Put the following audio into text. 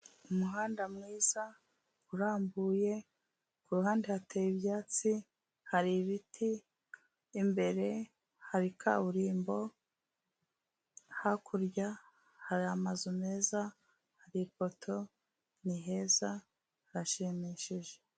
Umuhanda mwiza urambuye kuruhande hateye ibyatsi hari ibiti imbere hari kaburimbo hakurya hari amazu meza hari ipoto niheza harashimishije.